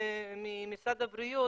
ממשרד הבריאות,